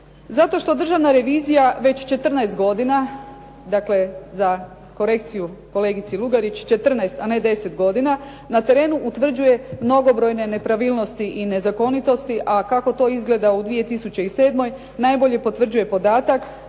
Zato što Državna revizija već 14 godina, dakle za korekciju kolegici Lugarić, 14, a ne 10 godina na terenu utvrđuje mnogobrojne nepravilnosti i nezakonitosti, a kako to izgleda u 2007. najbolje potvrđuje podatak